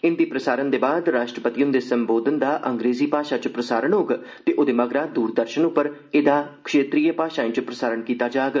हिन्दी प्रसारण दे बाद राश्ट्रपति ह्न्दे सम्बोधनै दा अंग्रेज़ी भाशा च प्रसारण होग ते ओदे मगरा दूरदर्शन पर एहदा क्षेत्रीय भाषाएं च प्रसारण कीता जाग